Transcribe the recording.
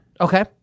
Okay